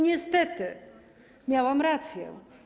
Niestety miałam rację.